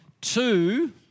Two